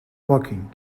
walking